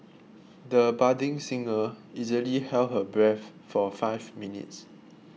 the budding singer easily held her breath for five minutes